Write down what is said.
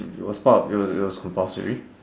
it was part of it was it was compulsory